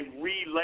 relay